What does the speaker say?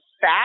fat